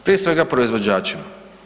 Prije svega, proizvođačima.